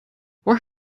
was